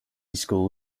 school